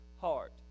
heart